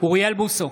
אוריאל בוסו,